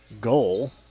goal